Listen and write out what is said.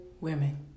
Women